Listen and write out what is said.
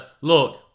Look